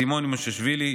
סימון מושיאשוילי,